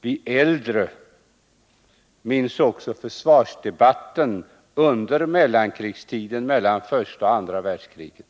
Vi äldre minns också försvarsdebatten under mellankrigstiden mellan första och andra världskriget.